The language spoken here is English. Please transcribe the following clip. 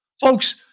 Folks